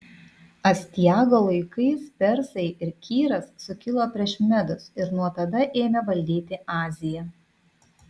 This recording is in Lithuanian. astiago laikais persai ir kyras sukilo prieš medus ir nuo tada ėmė valdyti aziją